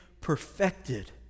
perfected